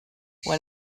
when